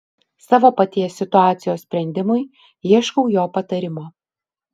savo paties situacijos sprendimui ieškau jo patarimo